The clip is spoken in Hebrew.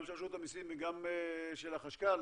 גם של רשות המיסים וגם של החשכ"ל,